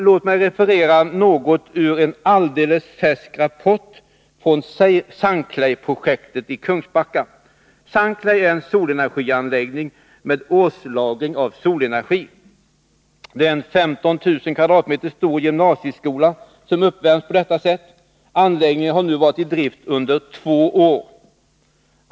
Låt mig referera något ur en alldeles färsk rapport från Sunclay-projektet i Kungsbacka. Sunclay är en solenergianläggning med årslagring av solenergi. Det är en 15000 m? stor gymnasieskola som uppvärms på detta sätt. Anläggningen har nu varit i drift under två år.